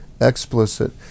explicit